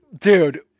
Dude